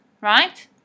right